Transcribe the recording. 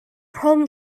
home